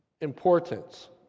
importance